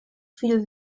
viel